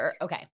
Okay